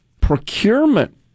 procurement